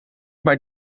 mijn